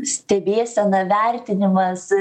stebėsena vertinimas